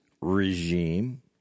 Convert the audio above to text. regime